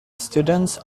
students